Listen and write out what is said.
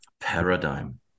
paradigm